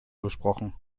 durchbrochen